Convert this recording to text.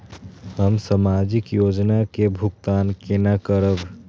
हम सामाजिक योजना के भुगतान केना करब?